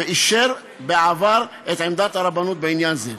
ואישר בעבר את עמדת הרבנות בעניין זה.